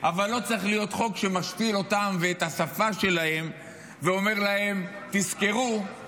אבל לא צריך להיות חוק שמשפיל אותם ואת השפה שלהם ואומר להם: תזכרו,